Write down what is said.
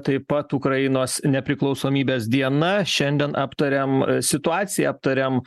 taip pat ukrainos nepriklausomybės diena šiandien aptariam situaciją aptariam